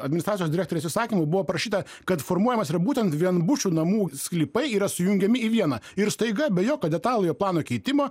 administracijos direktoriaus įsakymu buvo prašyta kad formuojamas yra būtent vienbučių namų sklypai yra sujungiami į vieną ir staiga be jokio detaliojo plano keitimo